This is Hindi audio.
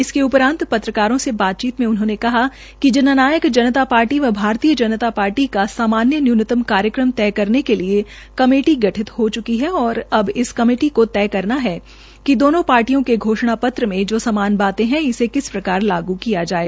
इसके उपरान्त पत्रकारों से बातचीत में उन्होंने कहा कि जन नायक जनता पार्टी का सामान्य न्यूनतम कार्यक्रम तय करने के लिए कमेटी गठित हो चुकी है और अब इस कमेटी को तय करना है कि दोनों पार्टियों के घोषणा पत्र में जो समान बाते है उसे किस प्रकार लागू किया जाये